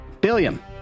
Billion